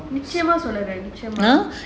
நிச்சயமா சொல்றேன்:nichayamaa solraen